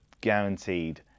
guaranteed